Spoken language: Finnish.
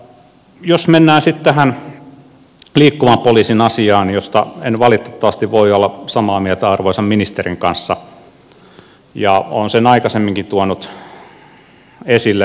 jos mennään sitten tähän liikkuvan poliisin asiaan josta en valitettavasti voi olla samaa mieltä arvoisan ministerin kanssa ja olen sen aikaisemminkin tuonut esille